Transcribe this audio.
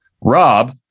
Rob